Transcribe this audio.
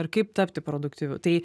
ir kaip tapti produktyviu tai